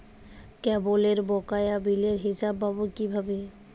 কেবলের বকেয়া বিলের হিসাব পাব কিভাবে?